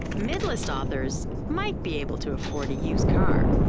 mid-list authors might be able to afford a used car,